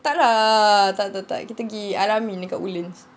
tak lah tak tak tak kita pergi kat Al-Ameen woodlands